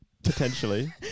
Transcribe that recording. Potentially